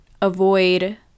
avoid